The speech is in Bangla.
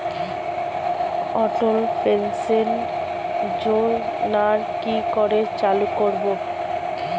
অটল পেনশন যোজনার কি করে চালু করব?